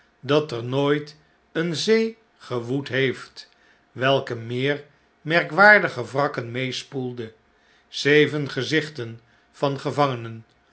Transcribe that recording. dat er nooit eene zee gewoed heeft welke meer merkwaardige wrakken meespoelde zeven gezichten van gevangenen